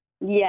Yes